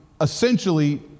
essentially